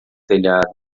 telhado